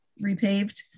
repaved